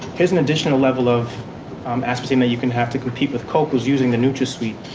here's an additional level of um aspartame that you can have to compete with coke, who's using the nutrasweet.